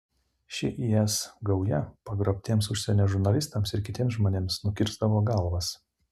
ši is gauja pagrobtiems užsienio žurnalistams ir kitiems žmonėms nukirsdavo galvas